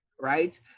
right